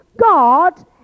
God